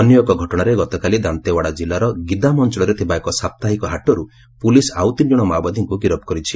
ଅନ୍ୟ ଏକ ଘଟଣାରେ ଗତକାଲି ଦାନ୍ତେୱାଡ଼ା ଜିଲ୍ଲାର ଗିଦାମ ଅଞ୍ଚଳରେ ଥିବା ଏକ ସାପ୍ତାହିକ ହାଟରୁ ପୁଲିସ୍ ଆଉ ତିନି ଜଣ ମାଓବାଦୀଙ୍କୁ ଗିରଫ୍ କରିଛି